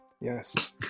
Yes